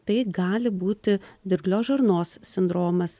tai gali būti dirglios žarnos sindromas